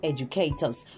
Educators